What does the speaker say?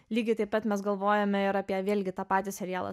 lygiai taip pat mes galvojame ir apie vėlgi tą patį serialą